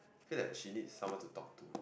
feel that she needs someone to talk to